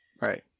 Right